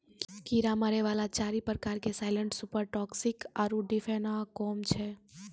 कीड़ा मारै वाला चारि प्रकार के साइलेंट सुपर टॉक्सिक आरु डिफेनाकौम छै